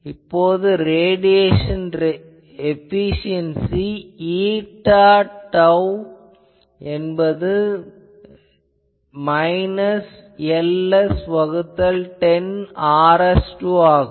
இப்போது radiation efficiency ηr என்பது minus Ls வகுத்தல் 10 Rs2 ஆகும்